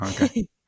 Okay